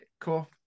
cool